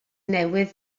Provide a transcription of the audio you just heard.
newydd